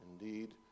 indeed